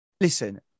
listen